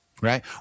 right